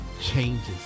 changes